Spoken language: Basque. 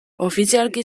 ofizialki